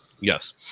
yes